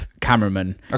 cameraman